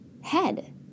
head